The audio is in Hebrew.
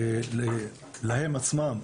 להן עצמן,